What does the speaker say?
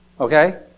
Okay